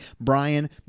Brian